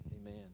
Amen